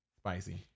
Spicy